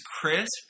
crisp